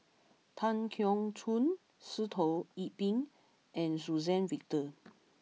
Tan Keong Choon Sitoh Yih Pin and Suzann Victor